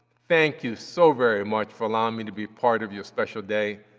thank you so very much for allowing me to be part of your special day.